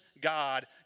God